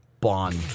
Bond